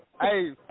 Hey